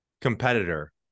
competitor